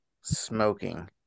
smoking